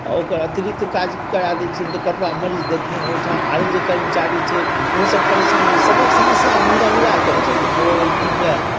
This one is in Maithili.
ओकर अतिरिक्त काज करा दैत छियनि तऽ कतबा मरीज देखथिन ओहिठाम आरो जे कर्मचारी छै ओहोसभ परेशान रहैत छथिन सभक समस्याके निदान उएह करैत छथिन ओ एलखिन यए